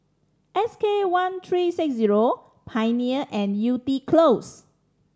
S K one three six zero Pioneer and Yew Tee Close